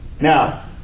Now